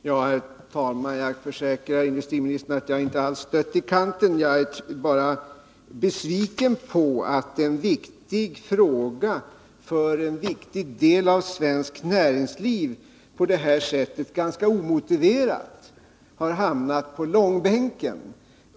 Herr talman! Jag försäkrar industriministern att jag inte alls är stött i kanten— jag är bara besviken på att en viktig fråga för en viktig del av svenskt näringsliv på detta sätt ganska omotiverat har hamnat i långbänken.